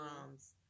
moms